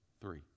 Three